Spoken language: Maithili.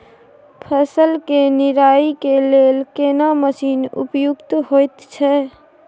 फसल के निराई के लेल केना मसीन उपयुक्त होयत छै?